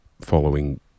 following